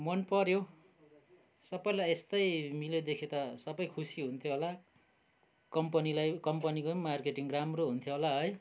मनपऱ्यो सबैलाई यस्तै मिलेदेखि त सबै खुसी हुन्थ्यो होला कम्पनीलाई कम्पनीको पनि मार्केटिङ राम्रो हुन्थ्यो होला है